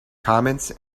comments